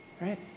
Right